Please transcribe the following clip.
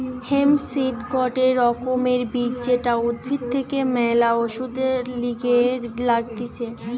hemp seed গটে রকমের বীজ যেটা উদ্ভিদ থেকে ম্যালা ওষুধের লিগে লাগতিছে